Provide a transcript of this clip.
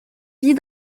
vit